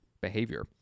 behavior